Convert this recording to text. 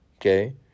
okay